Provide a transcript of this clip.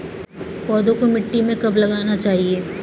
पौधों को मिट्टी में कब लगाना चाहिए?